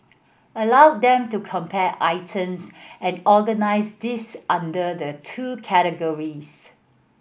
allow them to compare items and organise these under the two categories